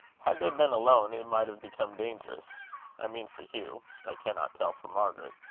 had they been alone it might have become dangerous i mean for hugh i cannot tell for margaret.